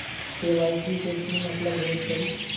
KYC के कि मतलब होइछइ?